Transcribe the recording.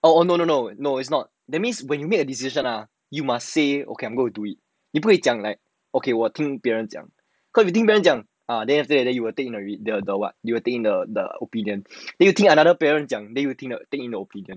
oh no no no no it's not that means when you make a decision lah you must say okay I'm going to do it 你不会讲 like okay 我听别人讲你听别人讲 then after that you will think the the the what you will think the the the opinion then you think another 别人讲 then you take their opinion